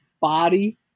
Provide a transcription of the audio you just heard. body